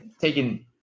taking